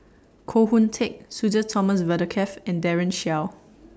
Koh Hoon Teck Sudhir Thomas Vadaketh and Daren Shiau